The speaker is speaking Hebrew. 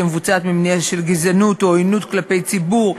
שמבוצעת ממניעים של גזענות או עוינות כלפי ציבור,